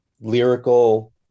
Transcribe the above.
lyrical